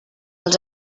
els